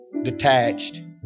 detached